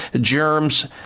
germs